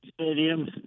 stadium